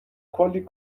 کلی